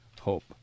hope